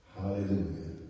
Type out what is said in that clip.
Hallelujah